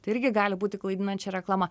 tai irgi gali būti klaidinančia reklama